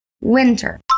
Winter